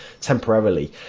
temporarily